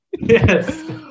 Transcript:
Yes